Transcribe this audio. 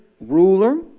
ruler